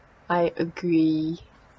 I agree